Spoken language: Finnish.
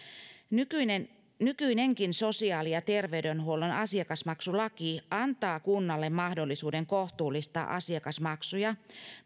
nykyinenkin sosiaali ja terveydenhuollon asiakasmaksulaki antaa kunnalle mahdollisuuden kohtuullistaa asiakasmaksuja